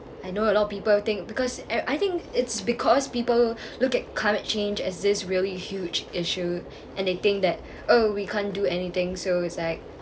I know a lot of people think because I think it's because people look at climate change as this really huge issue and they think that oh we can't do anything so it's like